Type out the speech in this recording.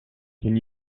can